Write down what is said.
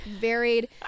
varied